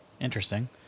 interesting